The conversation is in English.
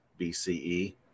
BCE